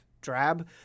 drab